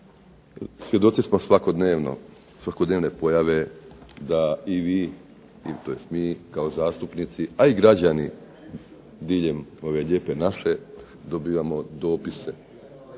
Svjedoci smo svakodnevne pojave da i vi, tj. mi kao zastupnici, a i građani diljem ove Lijepe naše dobivamo dopise